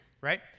Right